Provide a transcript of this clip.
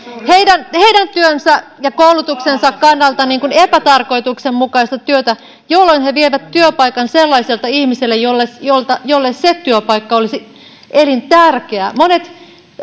heidän työnsä ja koulutuksensa kannalta epätarkoituksenmukaista työtä jolloin he vievät työpaikan sellaiselta ihmiseltä jolle se työpaikka olisi elintärkeä monet